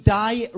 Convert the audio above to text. die